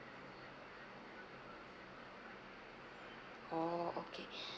oo okay